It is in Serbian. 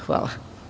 Hvala.